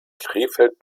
krefeld